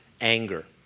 anger